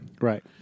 right